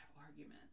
arguments